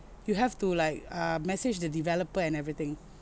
you have to like uh message the developer and everything